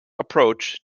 approach